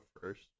first